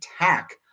attack